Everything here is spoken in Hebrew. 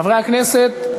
חברי הכנסת,